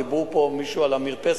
דיבר פה מישהו על המרפסת,